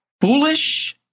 foolish